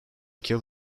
kill